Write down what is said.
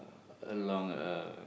along a